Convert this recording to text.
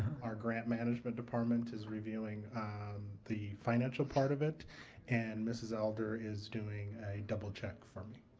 our grant management department is reviewing the financial part of it and mrs. elder is doing a double check for me.